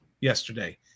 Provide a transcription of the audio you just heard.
yesterday